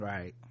Right